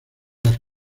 las